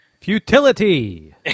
Futility